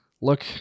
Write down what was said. look